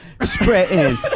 spreading